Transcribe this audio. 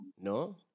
No